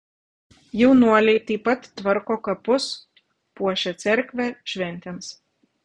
jaunuoliai taip pat tvarko kapus puošia cerkvę šventėms